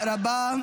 תודה רבה.